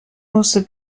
also